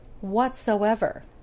whatsoever